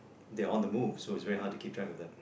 they're on the move so it's very hard to keep track of them